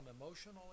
emotional